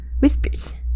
Whispers